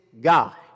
God